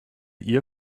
ihr